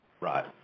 Right